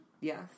Yes